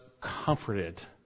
comforted